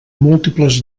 múltiples